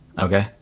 Okay